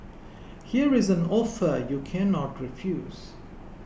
here's an offer you cannot refuse